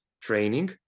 training